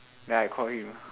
then I call him